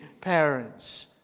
parents